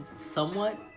somewhat